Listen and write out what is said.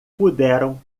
puderam